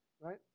Right